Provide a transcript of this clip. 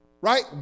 Right